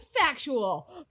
factual